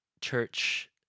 Church